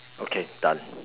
okay done